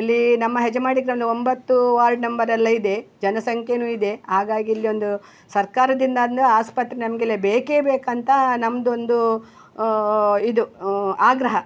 ಇಲ್ಲಿ ನಮ್ಮ ಹೆಜ್ಮಾಡಿ ಗ್ರಾಮ್ದಲ್ಲಿ ಒಂಬತ್ತು ವಾರ್ಡ್ ನಂಬರೆಲ್ಲ ಇದೆ ಜನಸಂಖ್ಯೆನು ಇದೆ ಹಾಗಾಗಿ ಇಲ್ಲಿ ಒಂದು ಸರ್ಕಾರದಿಂದ ಅಂದರೆ ಆಸ್ಪತ್ರೆ ನಮಗೆಲ್ಲ ಬೇಕೇ ಬೇಕಂತ ನಮ್ಮದೊಂದು ಇದು ಆಗ್ರಹ